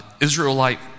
Israelite